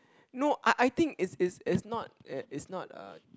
no I I think it's it's it's not it's not a